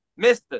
Mr